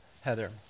Heather